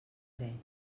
dret